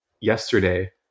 yesterday